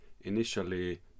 initially